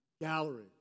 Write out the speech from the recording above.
Gallery